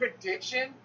prediction